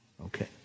Okay